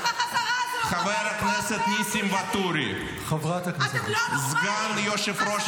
של הפיכה צבאית -- אתם לא נורמליים.